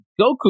Goku